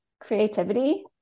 creativity